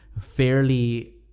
fairly